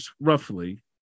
roughly